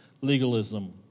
legalism